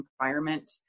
environment